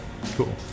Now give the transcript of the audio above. Cool